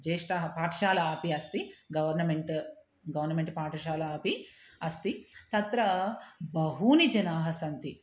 ज्येष्ठाः पाठशाला अपि अस्ति गवर्नमेण्ट् गवर्नमेण्ट् पाठशाला अपि अस्ति तत्र बहुनि जनाः सन्ति